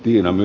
tiedämme